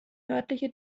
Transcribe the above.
nördliche